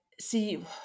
see